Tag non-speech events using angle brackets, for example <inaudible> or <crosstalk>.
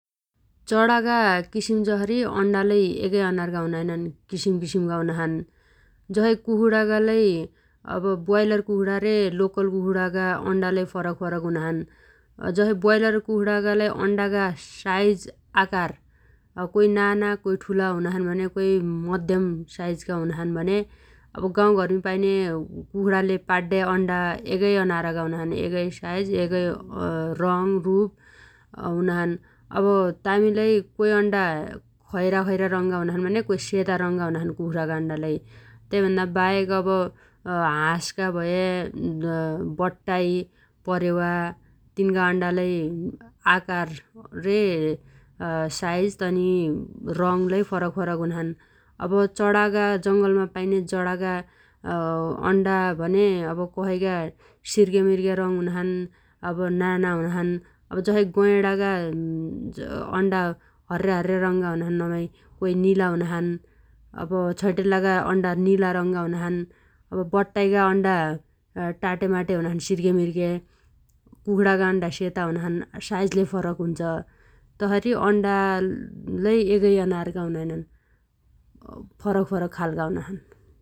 चणागा किसिम जसरी अण्डालै एगै अनारगा हुनाइनन् किसिमकिसिमगा हुनाछन् । जसइ कुखुणागा लै अब ब्रोइलर कुखुणा रे लोकल कुखुणागा अण्डालै फरकफरक हुनाछन् । जसइ ब्रोइलर कुखुणागा अण्डागा साइज आकार कोइ नाना कोइ ठुला हुनाछन् भन्या कोइ मध्यम साइजगा हुनाछन् भन्या । अब गाउँघरमी पाइन्या कुखुणाले पाड्या अण्डा एगै अनारगा हुनाछन् । एगै साइज एगै र‌ंग रुप हुनाछन् । अब तामी लै कोइ अण्डा खैरा खैरा र‌ंगा हुनाछन् भन्या कोइ सेता रंगा हुनाछन् कुखुणागा अण्डालै । तैभन्ना बाहेक अब हाँसगा भया बट्टाइ परेवा तिनगा अण्डा लै आकार रे <hesitation> साइज तनि र‌गलै फरकफरक हुनाछन् । अब चणागा जंगलमा पाइन्या चणागा अण्डा भने अब कसैगा सिर्गेमिर्गे हुनाछन् । अब नाना हुनाछन् जसै गयणगा अण्डा हर्या हर्या हुनाछन् नमाइ कोइ निला हुनाछन् । अब छैटेल्लागा अण्डा निला रंगा हुनाछन् । अब बट्टाइगा टाटेमाटे हुनाछन् सिर्गेमिर्गे । कुखुणागा अण्डा सेता हुनाछन् । साइज लै फरक हुन्छ । तसरी अण्डालै <hesitation> एगै अनारगा हुनाइनन् । फरकफरक खालगा हुनाछन् ।